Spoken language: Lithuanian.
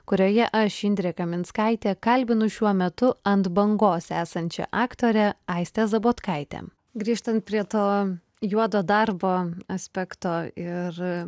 kurioje aš indrė kaminskaitė kalbinu šiuo metu ant bangos esančią aktorę aistę zabotkaitę grįžtant prie to juodo darbo aspekto ir